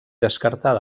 descartar